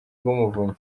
rw’umuvunyi